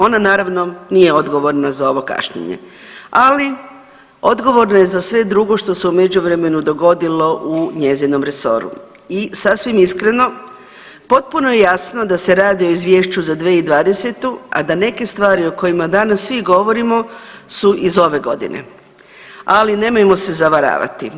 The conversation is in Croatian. Ona naravno nije odgovorna za ovo kašnjenje, ali odgovorna je za sve drugo što se u međuvremenu dogodilo u njezinom resoru i sasvim iskreno, potpuno je jasno da se radi o izvješću za 2020., a da neke stvari o kojima danas svi govorimo su iz ove godine, ali nemojmo se zavaravati.